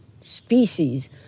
species